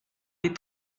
les